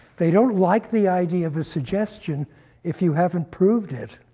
they don't like the idea of a suggestion if you haven't proved it.